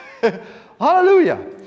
Hallelujah